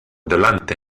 delante